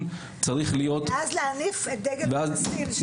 ואז להניף את דגל פלסטין.